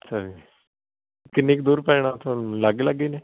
ਅੱਛਾ ਜੀ ਕਿੰਨੀ ਕ ਦੂਰ ਪੈ ਜਾਣਾ ਓਥੋਂ ਲਾਗੇ ਲਾਗੇ ਨੇ